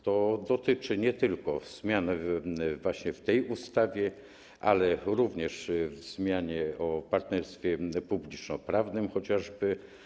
To dotyczy zresztą nie tylko zmian właśnie w tej ustawie, ale również zmiany ustawy o partnerstwie publicznoprawnym chociażby.